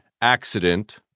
accident